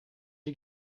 you